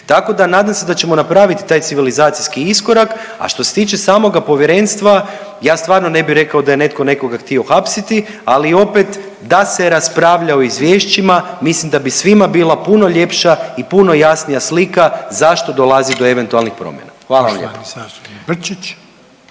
Tako da nadam se da ćemo napraviti taj civilizacijski iskorak, a što se tiče samoga povjerenstva ja stvarno ne bi rekao da je netko nekoga htio hapsiti, ali opet da se raspravlja o izvješćima mislim da bi svima bila puno ljepša i puno jasnija slika zašto dolazi do eventualnih promjena. Hvala vam